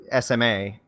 SMA